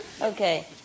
Okay